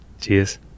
Cheers